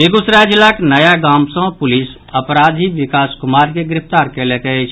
बेगूसराय जिलाक नया गाम सॅ पुलिस अपराधी विकास कुमार के गिरफ्तार कयलक अछि